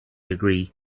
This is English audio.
agree